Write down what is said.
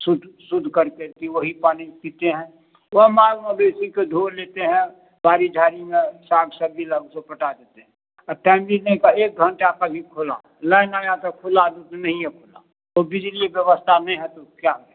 शुद्ध शुद्ध करके फिर वही पानी पीते हैं वह माल मवेशी के धो लेते हैं बाड़ी झाड़ी में साग सब्ज़ी लग को पटा देते हैं आ टाइमली नहीं तो एक घंटा पर भी खोला लाईन आया तो खुला नहीं तो नहीं खुला तो बिजली व्यवस्था नहीं है तो क्या होगा